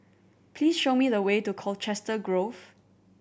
please show me the way to Colchester Grove